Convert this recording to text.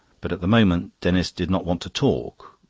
but at the moment denis did not want to talk,